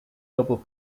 double